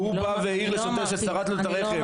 הוא בא והעיר לשוטר ששרט לו את הרכב.